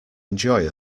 enjoy